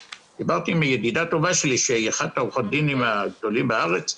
דיברתי עם ידידה טובה שלי שהיא אחת מעורכות הדין הגדולות בארץ.